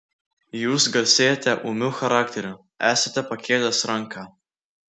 jūs garsėjate ūmiu charakteriu esate pakėlęs ranką